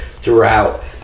throughout